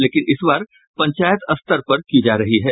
लेकिन इस बार पंचायत स्तर पर की जा रही है